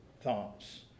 thoughts